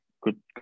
good